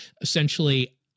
essentially